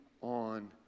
on